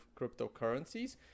cryptocurrencies